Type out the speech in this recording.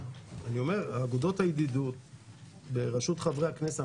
אגודות הידידות בראשות חברי הכנסת,